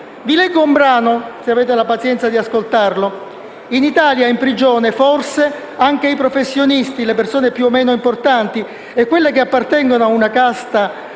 Vi leggo un brano, se avete la pazienza di ascoltarlo: «In Italia, in prigione forse anche i benestanti, i professionisti, le persone più o meno importanti e quelle che appartengono a una certa